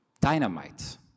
dynamite